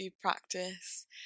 practice